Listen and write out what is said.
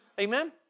Amen